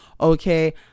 okay